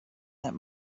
that